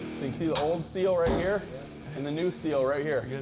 see the old steel right here and the new steel right here. yeah